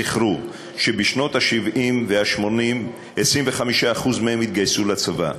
זכרו שבשנות ה-70 וה-80 25% מהם התגייסו לצבא.